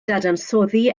dadansoddi